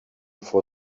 for